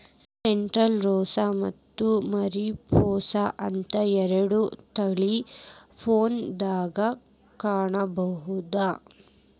Santa Rosa ಮತ್ತ Mariposa ಅಂತ ಎರಡು ತಳಿ ಪ್ರುನ್ಸ್ ದಾಗ ಕಾಣಬಹುದ